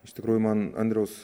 iš tikrųjų man andriaus